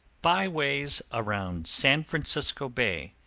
byways around san francisco bay,